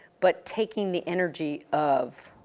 but taking the energy of,